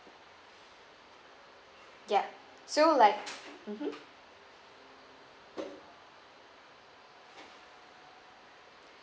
yup so like mmhmm